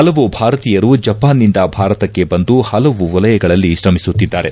ಹಲವು ಭಾರತೀಯರು ಜಪಾನ್ನಿಂದ ಭಾರತಕ್ಕೆ ಬಂದು ಹಲವು ವಲಯಗಳಲ್ಲಿ ಶ್ರಮಿಸುತ್ತಿದ್ದಾರೆ